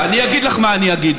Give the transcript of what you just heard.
אני אגיד לך מה אני אגיד: